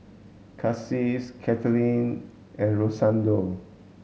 Casie Kathlyn and Rosendo